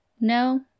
No